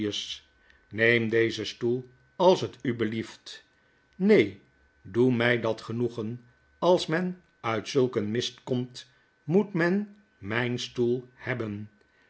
neem dezen stoel als t ublieft neen doe my dat genoqgen als men uit zulk een mist komt moet men myn stoel hebben